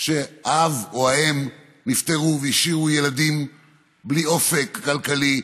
שבהן האב או האם נפטרו והשאירו ילדים בלי אופק כלכלי,